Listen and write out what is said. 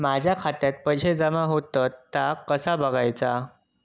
माझ्या खात्यात पैसो जमा होतत काय ता कसा बगायचा?